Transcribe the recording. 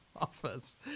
office